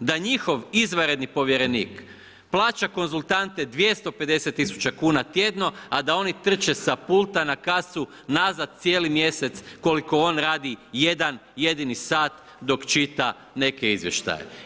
da njihov izvanredni povjerenik plaća konzultante 250 tisuća kuna tjedno, a da oni trče sa pulta na kasu nazad cijeli mjesec koliko on radi jedan jedini sat dok čita neke izvještaje.